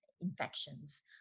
infections